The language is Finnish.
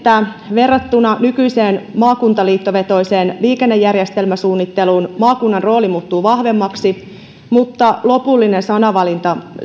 verrattuna nykyiseen maakuntaliittovetoiseen liikennejärjestelmäsuunnitteluun maakunnan rooli muuttuu vahvemmaksi mutta lopullinen sanavalinta